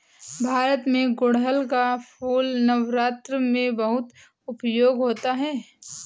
भारत में गुड़हल का फूल नवरात्र में बहुत उपयोग होता है